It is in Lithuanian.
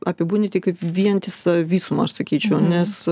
apibūdinti kaip vientisą visumą aš sakyčiau nes